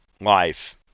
life